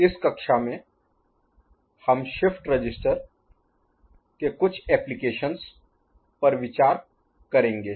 इस कक्षा में हम शिफ्ट रजिस्टर के कुछ ऍप्लिकेशन्स Applications अनुप्रयोगों पर विचार करेंगे